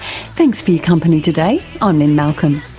thanks for your company today, i'm lynne malcolm,